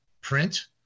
print